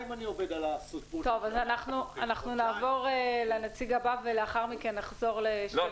אנחנו נעבור לנציג הבא ולאחר מכן נחזור אליך.